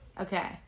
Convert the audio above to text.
Okay